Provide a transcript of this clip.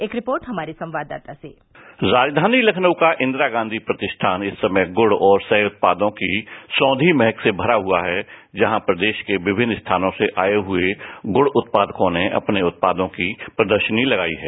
एक रिपोर्ट हमारे संवाददाता की राज्यानी लखनऊ का इंदिरा गांधी प्रतिष्ठान इस समय गुड और सह उत्पादों की सौंधी महक से भरा हुआ है जहां प्रदेश के विमिन्न स्थानों से आए हुए गुण चत्पादकों ने अपने उत्पादों की प्रदर्शनी तगाई है